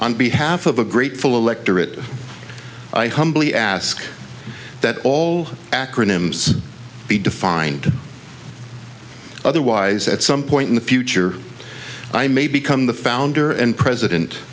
on behalf of a grateful electorate i humbly ask that all acronyms be defined otherwise at some point in the future i may become the founder and president